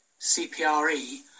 CPRE